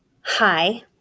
Hi